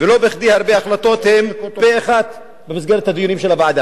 ולא בכדי הרבה החלטות הן פה-אחד במסגרת דיונים של הוועדה.